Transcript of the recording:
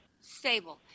stable